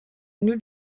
new